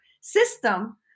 system